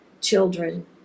children